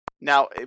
Now